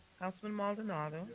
councilman maldonado.